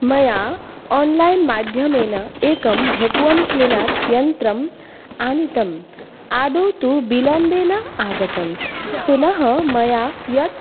मया आन्लैन्माध्यमेन एकं भेकुवम् क्लीनर् यन्त्रम् आनीतम् आदौ तु विलम्बेन आगतं पुनः मया यत्